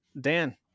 Dan